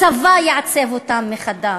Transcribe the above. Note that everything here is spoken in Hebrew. הצבא יעצב אותם מחדש,